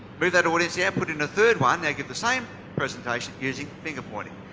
move that audience, yeah put in a third one, they get the same presentation using finger pointing.